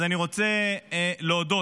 אז אני רוצה להודות,